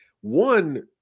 one